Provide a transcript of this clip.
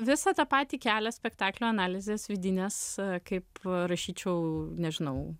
visą tą patį kelią spektaklio analizės vidinės kaip rašyčiau nežinau